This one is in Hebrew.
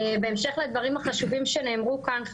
בהמשך לדברים החשובים שנאמרו כאן,